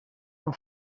amb